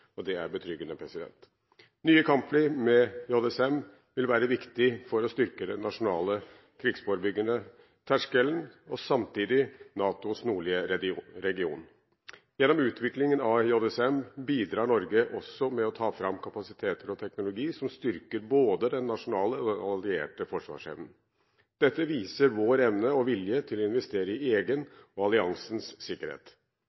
Norge. Det er betryggende. Nye kampfly med JSM vil være viktig for å styrke den nasjonale krigsforebyggende terskelen og samtidig NATOs nordlige region. Gjennom utviklingen av JSM bidrar Norge også med å ta fram kapasiteter og teknologi som styrker både den nasjonale og den allierte forsvarsevnen. Dette viser vår evne og vilje til å investere i egen og alliansens sikkerhet.